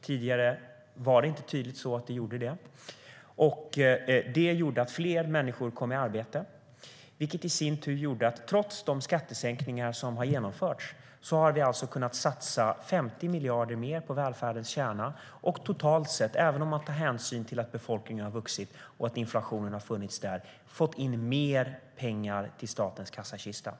Tidigare var det inte tydligt att det gjorde det.